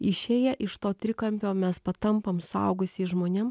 išėję iš to trikampio mes patampam suaugusiais žmonėm